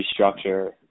restructure